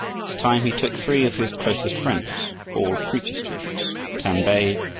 this time he took three of his closest friends, all preacher students, tan be,